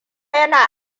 yana